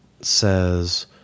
says